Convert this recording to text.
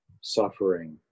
suffering